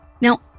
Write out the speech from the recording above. Now